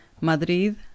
Madrid